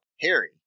Harry